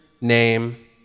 name